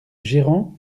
gérant